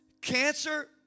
cancer